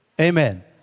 Amen